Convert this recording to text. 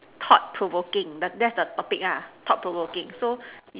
thought provoking that that's the topic ah thought provoking so